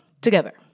together